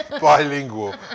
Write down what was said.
Bilingual